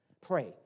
Pray